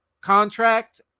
contract